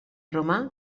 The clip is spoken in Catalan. romà